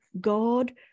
God